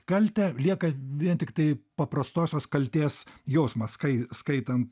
kaltę lieka vien tiktai paprastosios kaltės jausmas skai skaitant